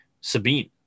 Sabine